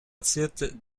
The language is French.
titres